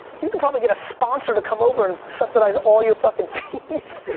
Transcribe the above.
you could probably get a sponsor to come over and subsidize all you're fuckin' fees.